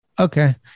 okay